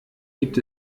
gibt